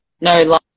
No